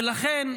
ולכן,